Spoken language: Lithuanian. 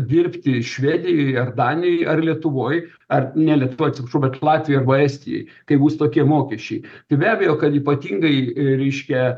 dirbti švedijoj ar danijoj ar lietuvoj ar ne lietuvoj atsiprašau bet latvijoj arba estijoj kai bus tokie mokesčiai tai be abejo kad ypatingai reiškia